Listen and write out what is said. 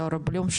זהר בלום,